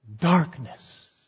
darkness